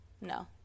no